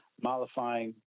mollifying